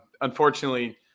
Unfortunately